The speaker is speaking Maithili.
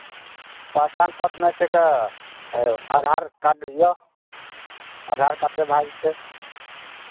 पहचान पत्र नहि छै तऽ आधार कार्ड यए आधार कार्डसँ भऽ जेतै